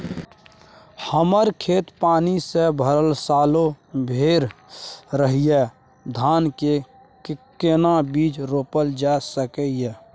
हमर खेत पानी से भरल सालो भैर रहैया, धान के केना बीज रोपल जा सकै ये?